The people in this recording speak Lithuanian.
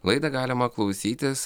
laidą galima klausytis